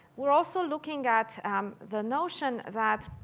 we're also looking at the notion that